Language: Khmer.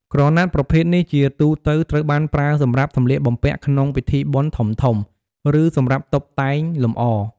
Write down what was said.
ក្រណាត់ប្រភេទនេះជាទូទៅត្រូវបានប្រើសម្រាប់សំលៀកបំពាក់ក្នុងពិធីបុណ្យធំៗ ឬសម្រាប់តុបតែងលម្អ។